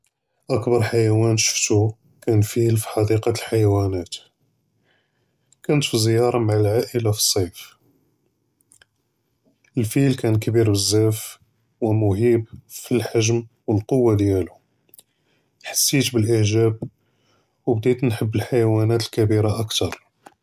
אַקְבַּר חַיְוַאן שְׁפְּתוּ כָּאן פִּיל פִּי חַדִּיקַת אֶלְחַיַוָאןַאת, כָּאנְת פִּי זִיַארָה מְעַא אֶלְעַאִלַה פִּי ṣֵיף, אֶלְפִּיל כָּאן כְּבִּיר בְּזַאף פִּלְחָגְ'ם וּמְהַיֵּב פִּלְקוּעָה דִּיַאלוּ, חַסִית בְּאֶלְאִעְג'אב וּבְדִית נְחַבּ אֶלְחַיַוָאןַאת אֶלְכְּבַּארָה אַכְתַר.